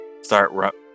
start